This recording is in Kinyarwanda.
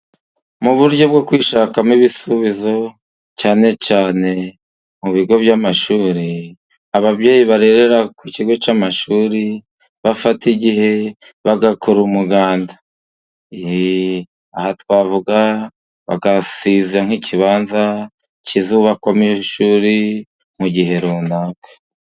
Mu buryo bwo kwishakamo ibisubizo cyane cyane mu bigo by'amashuri, ababyeyi barerera ku kigo cy'amashuri, bafata igihe bagakora umuganda. Aha twavuga bagasiza nk'ikibanza kizubakwamo ishuri mu gihe runaka.